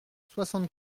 soixante